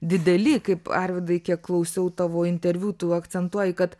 dideli kaip arvydai kiek klausiau tavo interviu tu akcentuoji kad